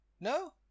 No